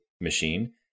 machine